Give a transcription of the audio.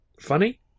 Funny